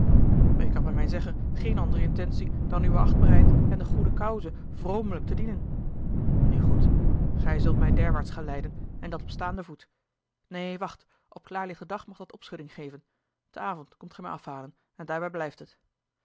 ik had met mijn zeggen geene andere intentie dan uwe achtbaarheid en de goede cause vromelijk te dienen u goed gij zult mij derwaarts geleiden en dat op staanden voet neen wacht op klaarlichten dag mocht dat opschudding geven te avond komt gij mij afhalen en daarbij blijft het